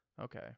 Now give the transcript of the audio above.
Okay